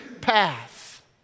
path